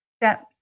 Step